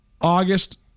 August